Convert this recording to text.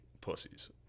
pussies